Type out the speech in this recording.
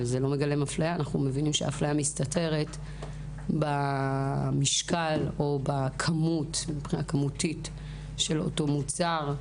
אנחנו מגלים שהאפליה מסתתרת במשקל או בכמות של המוצר.